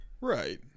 right